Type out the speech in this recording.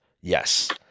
Yes